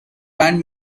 band